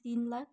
तीन लाख